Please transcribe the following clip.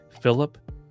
Philip